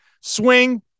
Swing